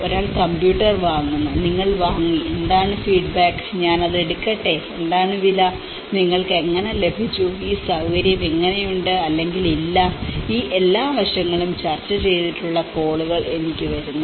ഒരാൾ കമ്പ്യൂട്ടർ വാങ്ങുന്നു നിങ്ങൾ വാങ്ങി എന്താണ് ഫീഡ്ബാക്ക് ഞാൻ അത് എടുക്കട്ടെ എന്താണ് വില നിങ്ങൾക്ക് എങ്ങനെ ലഭിച്ചു ഈ സൌകര്യം എങ്ങനെ ഉണ്ട് അല്ലെങ്കിൽ ഇല്ല ഈ എല്ലാ വശങ്ങളും ചർച്ച ചെയ്തിട്ടുള്ള കോളുകൾ എനിക്ക് വരുന്നു